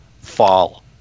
fall